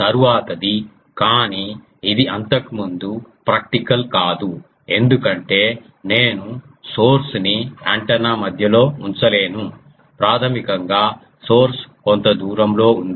తరువాతిది కానీ ఇది అంతకుముందు ప్రాక్టికల్ కాదు ఎందుకంటే నేను సోర్స్ ని యాంటెన్నా మధ్యలో ఉంచలేను ప్రాథమికంగా సోర్స్ కొంత దూరంలో ఉంది